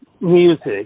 music